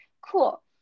cool